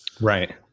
Right